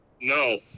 No